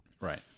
right